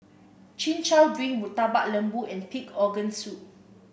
Chin Chow Drink Murtabak Lembu and Pig Organ Soup